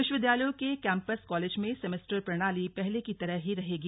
विश्वविद्यालयों के कैम्पस कॉलेजों में सेमेस्टर प्रणाली पहले की तरह ही रहेगी